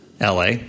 LA